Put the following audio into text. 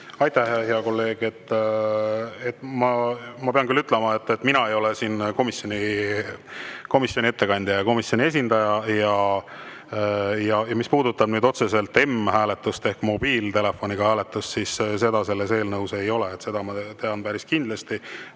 Aitäh, hea kolleeg! Ma pean küll ütlema, et mina ei ole siin komisjoni ettekandja ega komisjoni esindaja. Mis puudutab nüüd otseselt m‑hääletust ehk mobiiltelefoniga hääletust, siis seda selles eelnõus ei ole. Seda ma tean päris kindlasti.